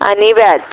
आणि व्याज